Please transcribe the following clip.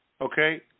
Okay